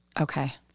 Okay